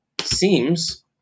seems